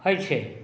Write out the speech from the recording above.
हइ छै